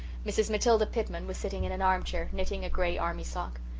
mrs. matilda pitman was sitting in an armchair, knitting a grey army sock.